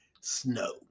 snow